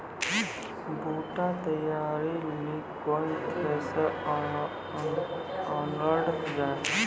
बूटा तैयारी ली केन थ्रेसर आनलऽ जाए?